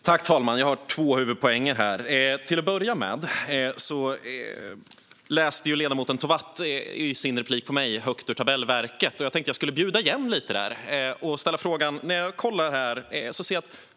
Fru talman! Jag har två huvudpoänger. Till att börja med läste ledamoten Tovatt i sin replik på mig högt ur tabellverket. Jag tänkte därför att jag skulle bjuda igen lite och ställa en fråga.